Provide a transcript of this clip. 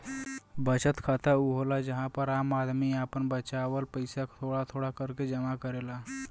बचत खाता ऊ होला जहां पर आम आदमी आपन बचावल पइसा थोड़ा थोड़ा करके जमा करेला